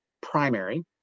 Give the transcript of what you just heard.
primary